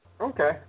Okay